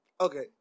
okay